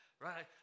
right